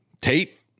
Tate